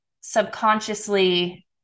subconsciously